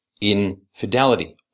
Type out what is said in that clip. infidelity